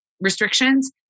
restrictions